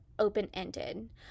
open-ended